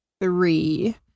three